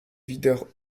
wieder